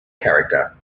character